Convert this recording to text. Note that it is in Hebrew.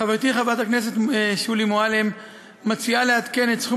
חברתי חברת הכנסת שולי מועלם מציעה לעדכן את סכום